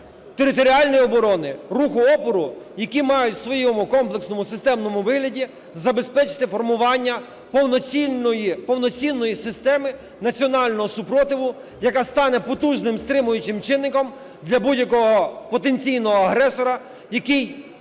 територіальної оборони, руху опору, які мають в своєму комплексному системному вигляді забезпечити формування повноцінної системи національного спротиву, яка стане потужним стримуючим чинником для будь-якого потенційного агресора, який